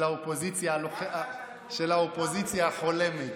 האופוזיציה החולמת.